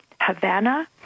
Havana